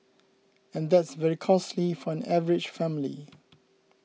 and that's very costly for an average family